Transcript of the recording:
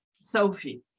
Sophie